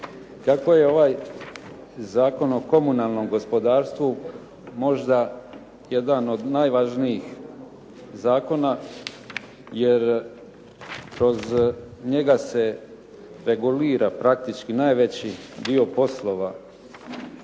Kako je ovaj Zakon o komunalnom gospodarstvu možda jedan od najvažnijih zakona jer kroz njega se regulira praktički najveći dio poslova